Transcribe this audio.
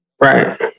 Right